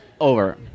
over